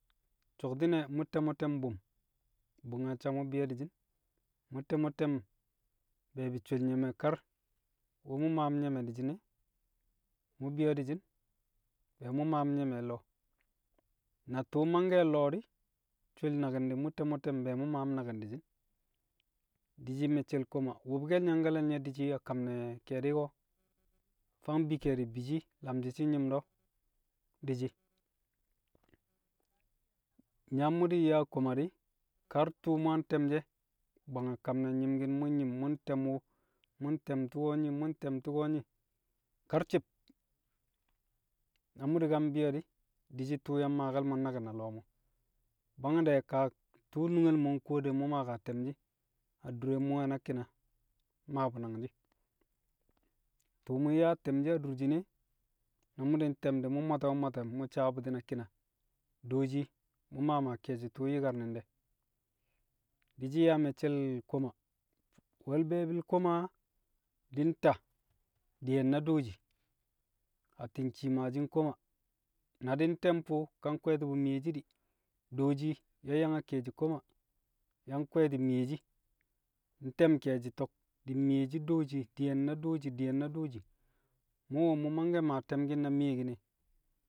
So̱kti̱nẹ mu̱ tẹmo̱ te̱m bu̱m, bu̱mnyacca mu̱ bi̱yo̱ di̱shi̱n, mu̱ te̱mo̱ tẹmo̱ be̱e̱bɪ she̱l nye̱me̱ kar, wu maam nye̱me̱ disjin ē. mu bi̱yo̱ dishin, be̱e̱ mu̱ maam nye̱me̱ lo̱o̱. Na tu̱u̱ mangke̱ lo̱o̱ di̱, shol naki̱n mu̱ nte̱mo̱ te̱m be̱e̱ mu̱ maam naki̱n di̱shi̱n. Di̱ shi̱ me̱cce̱ koma. Wu̱bke̱l nyangkale̱l nye̱ di̱shi̱ a kam ne̱ ke̱e̱di̱ ko̱ fang bi ke̱e̱di̱ bi shi lamshi̱ shi̱ nyi̱m do̱, di̱ shi̱, na mu̱ di̱ nyaa koma di̱, kar tṵṵ mu̱ yang te̱mshi̱ e̱ bwang a kam ne̱ nyi̱mki̱n mu̱ nyi̱m mu̱ ntẹm wu̱, mu̱ nte̱m tu̱ko̱ nyi̱ karci̱b. Na mu̱ di̱ ka mbi̱yo̱ di̱, di̱shi̱ tu̱u̱ yang maake̱l mo̱ naki̱n a lo̱o̱ mo̱, bwang de̱ kaa tu̱u̱ nungel mo̱ mu̱ nkuwo de mu̱ maa kaa te̱mshi̱ adure mu̱ we̱ na ki̱na. Mmaa bu̱ nangshi̱. Tu̱u̱ mu̱ nyaa te̱mshi̱ adurshin e, na mu̱ di̱ nte̱m di̱, mu̱ mwata, mmwata mu̱ sawe̱ bu̱ti̱ na ki̱na. Dooshi mu̱ maa maa ke̱e̱shi̱ tu̱u̱ yi̱kar ni̱n de̱. Di̱ shi̱ yaa mẹccẹl koma. We̱l be̱e̱bi̱l koma, di̱ nta di̱yẹn na dooshi, atti̱n shi̱ maashi̱ nkoma. Na di̱ ntẹm fu̱ ka nkwe̱e̱ti̱ bu̱ mmiyeshi di̱, dooshi yang yang keẹshi̱ koma, yang kwe̱e̱ti̱ miyeshi, nte̱m keẹshi̱ to̱k di̱ mmiyeshi dooshi. Di̱ye̱n na dooshi, di̱ye̱n na dooshi, mu̱ wu̱ mu̱ mangke̱ maa te̱mki̱n na miyekin e.